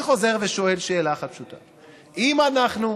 אני חוזר ושואל שאלה אחת פשוטה: אם אנחנו